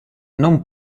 non